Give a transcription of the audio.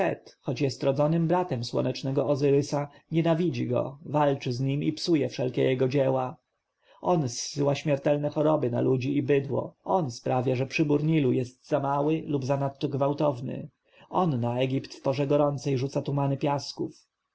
choć jest rodzonym bratem słonecznego ozyrysa nienawidzi go walczy z nim i psuje wszelkie jego dzieła on zsyła śmiertelne choroby na ludzi i bydło on sprawia że przybór nilu jest za mały lub zanadto gwałtowny on na egipt w porze gorącej rzuca tumany piasków